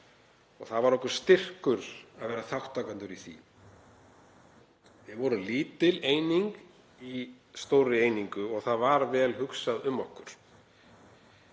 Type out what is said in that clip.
Það var okkur styrkur að vera þátttakendur í því. Við vorum lítil eining í stórri einingu og það var vel hugsað um okkur.